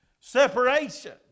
separation